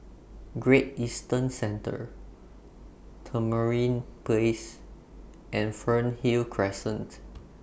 Great Eastern Centre Tamarind Place and Fernhill Crescent